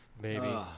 baby